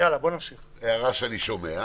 הערה שאני שומע.